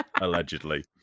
Allegedly